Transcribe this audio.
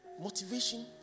motivation